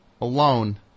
alone